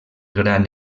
gran